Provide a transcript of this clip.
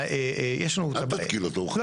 אל תתקיל אותו, הוא חבר.